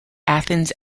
athens